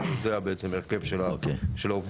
זה בעצם ההרכב של העובדים.